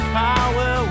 power